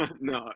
No